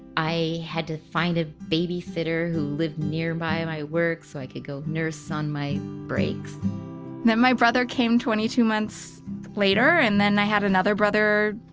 i had to find a baby-sitter who lived nearby and i work so i could go nurse on my breaks. then my brother came twenty-two months later and then i had another brother,